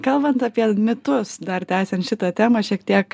kalbant apie mitus dar tęsiant šitą temą šiek tiek